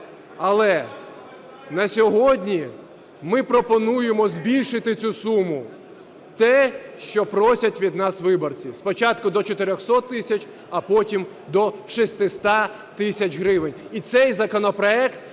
Але на сьогодні ми пропонуємо збільшити цю суму - те, що просять від нас виборці, - спочатку до 400 тисяч, а потім до 600 тисяч гривень.